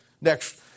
next